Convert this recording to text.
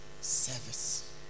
service